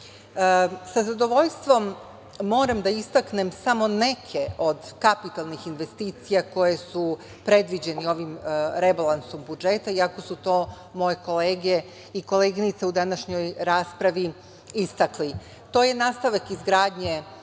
zadovoljstvom moram da istaknem samo neke od kapitalnih investicija koje su predviđene ovim rebalansom budžeta, iako su to moje kolege i koleginice u današnjoj raspravi istakli. Dakle, nastavak izgradnje